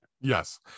Yes